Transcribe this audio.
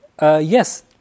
Yes